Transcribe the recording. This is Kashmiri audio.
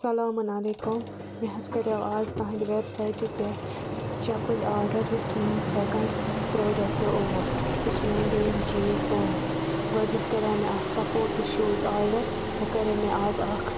السلامُ علیکُم مےٚ حظ کَریٚو آز تُہنٛدِ ویٚبسایٹہِ پٮ۪ٹھِ چَپٕلۍ آرڈَر یُس میٚون سیٚکَنٛڈ پروڈکٹ اوس یُس میٚون دوٚیِم چیٖز اوس گۄڈٕنیٚتھ کِریٚو مےٚ اکھ سَپوٹس شوٗز آرڈَر وۄنۍ کَرو مےٚ آز اکھ